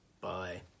Bye